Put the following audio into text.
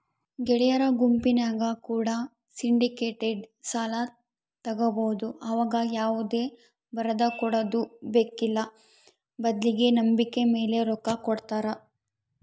ಗೆಳೆಯರ ಗುಂಪಿನ್ಯಾಗ ಕೂಡ ಸಿಂಡಿಕೇಟೆಡ್ ಸಾಲ ತಗಬೊದು ಆವಗ ಯಾವುದೇ ಬರದಕೊಡದು ಬೇಕ್ಕಿಲ್ಲ ಬದ್ಲಿಗೆ ನಂಬಿಕೆಮೇಲೆ ರೊಕ್ಕ ಕೊಡುತ್ತಾರ